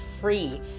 free